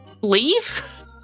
Leave